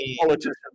politicians